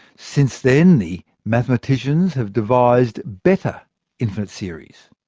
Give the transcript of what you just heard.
since then, the mathematicians have devised better infinite series,